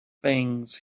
things